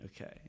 Okay